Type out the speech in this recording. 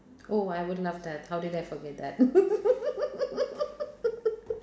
oh I would loved that how did I forget that